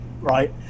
Right